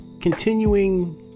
continuing